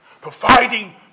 Providing